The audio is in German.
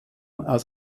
aus